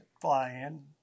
fly-in